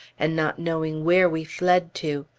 and not knowing where we fled to!